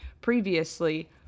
previously